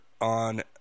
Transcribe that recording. on